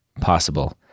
possible